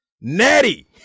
Natty